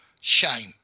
Shame